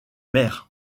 mer